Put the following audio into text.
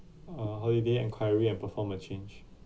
uh holiday enquiry and perform a change